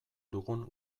dugun